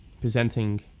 presenting